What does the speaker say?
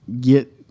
get